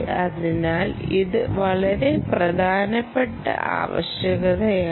അതിനാൽ ഇത് വളരെ പ്രധാനപ്പെട്ട ആവശ്യകതയാണ്